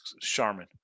Charmin